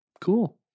Cool